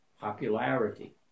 popularity